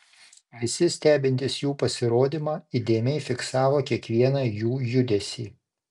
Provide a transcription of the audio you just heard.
visi stebintys jų pasirodymą įdėmiai fiksavo kiekvieną jų judesį